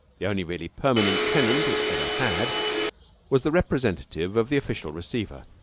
the only really permanent tenant it ever had was the representative of the official receiver.